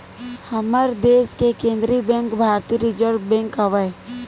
हमर देस के केंद्रीय बेंक भारतीय रिर्जव बेंक आवय